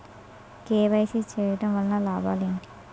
KYC చేయటం వలన లాభాలు ఏమిటి?